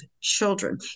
children